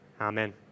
Amen